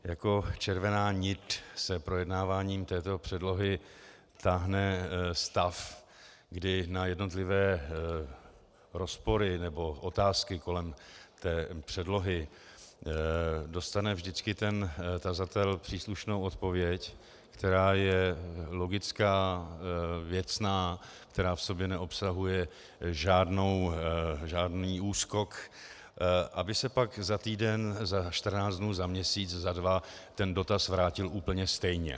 Jako červená nit se projednáváním této předlohy táhne stav, kdy na jednotlivé rozpory nebo otázky kolem té předlohy dostane vždycky ten tazatel příslušnou odpověď, která je logická, věcná, která v sobě neobsahuje žádný úskok, aby se pak za týden, za 14 dnů, za měsíc, za dva, ten dotaz vrátil úplně stejně.